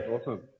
Awesome